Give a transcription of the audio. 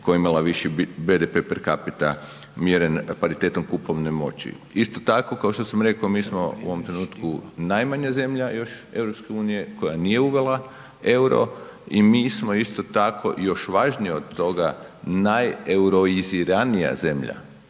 koja je imala viši BDP per capita mjeren paritetom kupovne moći. Isto tako kao što sam rekao mi smo u ovom trenutku najmanja zemlja još EU koja nije uvela EUR-o i mi smo isto tako još važnije od toga najeuroiziranija zemlja